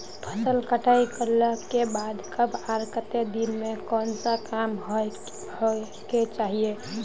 फसल कटाई करला के बाद कब आर केते दिन में कोन सा काम होय के चाहिए?